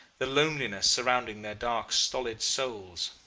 the loneliness surrounding their dark stolid souls.